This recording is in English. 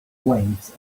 waves